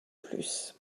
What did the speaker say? plus